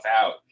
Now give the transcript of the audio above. out